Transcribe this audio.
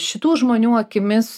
šitų žmonių akimis